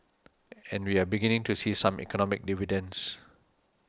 and we are beginning to see some economic dividends